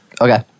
Okay